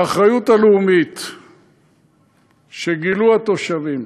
האחריות הלאומית שגילו התושבים,